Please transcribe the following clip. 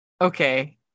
Okay